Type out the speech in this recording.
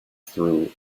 through